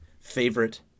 favorite